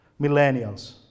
millennials